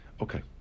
Okay